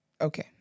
Okay